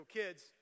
kids